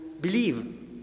believe